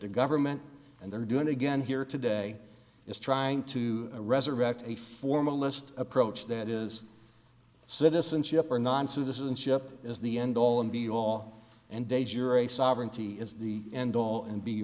the government and they're doing again here today is trying to resurrect a formalist approach that is citizenship or non citizen ship is the end all and be all and de jure a sovereignty is the end all and be